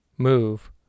Move